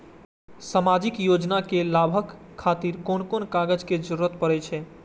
सामाजिक योजना के लाभक खातिर कोन कोन कागज के जरुरत परै छै?